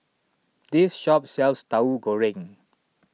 this shop sells Tahu Goreng